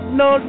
no